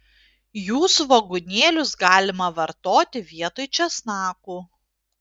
jų svogūnėlius galima vartoti vietoj česnakų